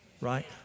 Right